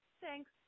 thanks